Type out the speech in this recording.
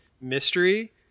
mystery